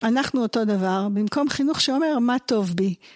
אנחנו אותו דבר, במקום חינוך שאומר, מה טוב בי.